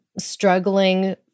struggling